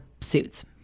suits